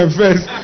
first